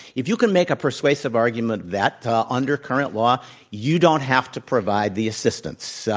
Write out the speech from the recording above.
if you can make a persuasive argument that under current law you don't have to provide the assistance, so